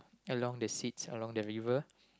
along the seats along the river